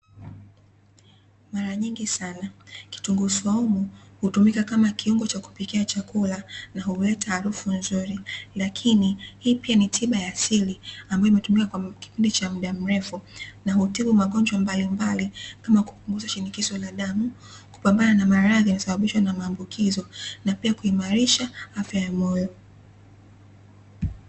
Mara nyingi sana kitunguu swaumu hutumika kama kiungo cha kupika chakula , na huleta harufu nzuri, lakini hii pia ni tiba ya asili ambayo imetumika kwa kipindi cha muda mrefu na hutibu magojwa mbalimbali kama kupunguza shinikizo la damu , kupambana na maradhi yanayosababishwa na mambukizo na pia kuimarisha afya ya moyo.